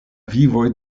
vivoj